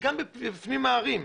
גם בפנים הערים.